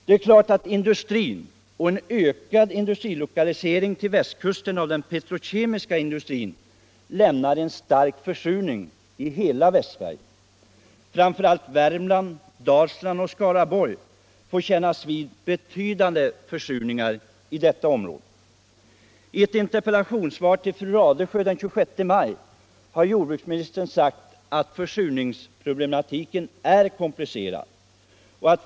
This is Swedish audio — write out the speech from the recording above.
Det är dock klart att industrin, och en ökad lokalisering till västkusten av petrokemisk industri, medför en stark försurning i hela Västsverige. Framför allt Värmland, Dalsland och Skaraborgs län får kännas vid betydande försurningar i berörda områden. nistern sagt att försurningsproblematiken är komplicerad.